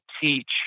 teach